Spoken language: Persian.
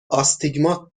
آستیگمات